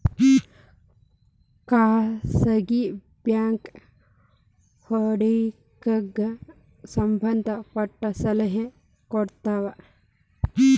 ಖಾಸಗಿ ಬ್ಯಾಂಕ್ ಹೂಡಿಕೆಗೆ ಸಂಬಂಧ ಪಟ್ಟ ಸಲಹೆನ ಕೊಡ್ತವ